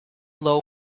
low